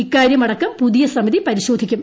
ഇക്കാര്യം അടക്കം പുതിയ സമിതി പരിശോധിക്കും